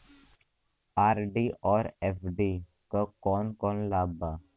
RD और FD क कौन कौन लाभ बा?